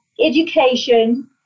education